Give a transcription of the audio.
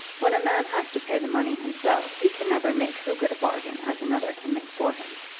when a man has to pay the money himself he can never make so good a bargain as another can make for him.